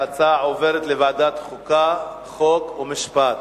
ההצעה עוברת לוועדת חוקה, חוק ומשפט,